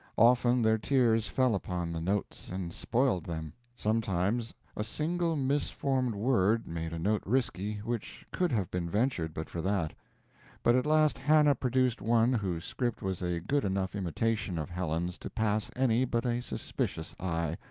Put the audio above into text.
often their tears fell upon the notes and spoiled them sometimes a single misformed word made a note risky which could have been ventured but for that but at last hannah produced one whose script was a good enough imitation of helen's to pass any but a suspicious eye,